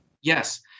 Yes